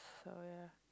so ya